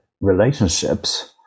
relationships